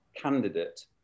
candidate